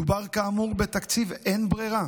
מדובר כאמור בתקציב אין ברירה.